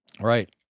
Right